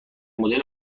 مدل